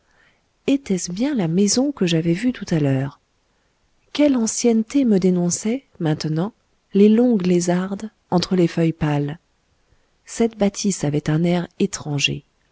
était-ce bien la maison que j'avais vue tout à l'heure quelle ancienneté me dénonçaient maintenant les longues lézardes entre les feuilles pâles cette bâtisse avait un air étranger